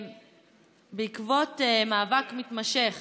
בעקבות מאבק מתמשך